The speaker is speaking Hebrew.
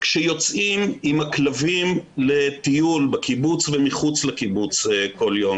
אבל כשיוצאים עם הכלבים לטיול בקיבוץ ומחוץ לקיבוץ כל יום,